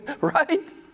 Right